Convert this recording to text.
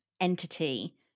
entity